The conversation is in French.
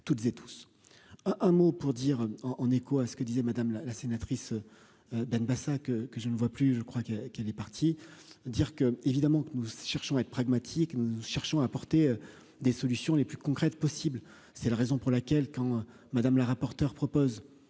toutes et tous un un mot pour dire en en écho à ce que disait madame la sénatrice Benbassa que que je ne vois plus, je crois qu'elle est partie, dire que, évidemment, que nous cherchons à être pragmatique, nous cherchons à apporter des solutions les plus concrètes possibles, c'est la raison pour laquelle quand Madame la rapporteure propose